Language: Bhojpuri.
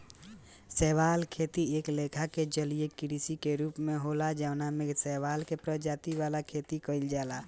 शैवाल खेती एक लेखा के जलीय कृषि के रूप होला जवना में शैवाल के प्रजाति वाला खेती कइल जाला